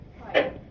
Hi